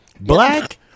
Black